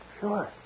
Sure